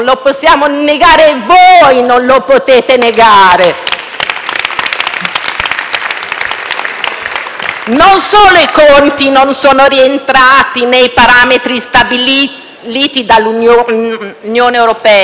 Non solo i conti non sono rientrati nei parametri stabiliti dall'Unione europea, ma il benessere degli italiani è sensibilmente diminuito.